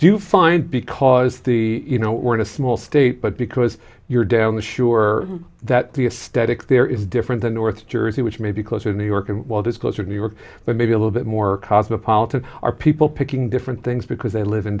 do you find because the you know we're in a small state but because you're down the sure that the a static there is different than north jersey which may be closer to new york well that's closer to new york but maybe a little bit more cosmopolitan are people picking different things because they live in